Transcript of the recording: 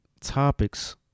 topics